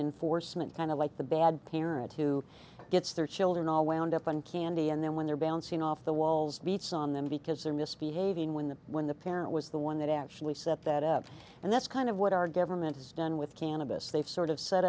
in force and kind of like the bad parent who gets their children all wound up on candy and then when they're bouncing off the walls beats on them because they're misbehaving when the when the parent was the one that actually set that up and that's kind of what our government has done with cannabis they've sort of set